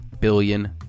billion